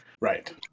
Right